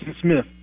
Smith